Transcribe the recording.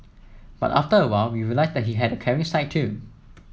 but after a while we realised that he had a caring side too